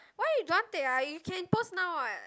why you don't want take ah you can post now what